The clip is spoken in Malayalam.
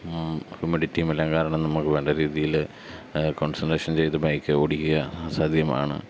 ഹുമിഡിറ്റിയുമെല്ലാം കാരണം നമുക്ക് വേണ്ട രീതിയിൽ കോൺസെൻട്രേഷൻ ചെയ്തു ബയക്ക് ഓടിക്കുക അസാധ്യമാണ്